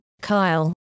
Kyle